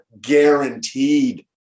Guaranteed